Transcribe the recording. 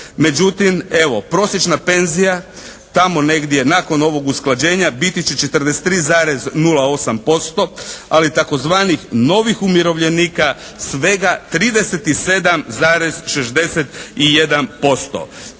Međutim evo, prosječna penzija tamo negdje nakon ovog usklađenja biti će 43,08% ali tzv. novih umirovljenika svega 37,61%.